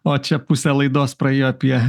o čia pusė laidos praėjo apie